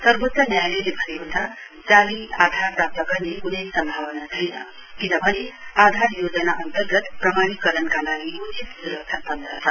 सर्वोच्च न्यायालयले भनेको जाली आधार प्राप्त गर्ने क्नै सम्भावना छैन किनभने आधार योजना अन्तर्गत प्रमाणीकरणका लागि उचित सुरक्षा तन्त्र छ